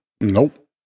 Nope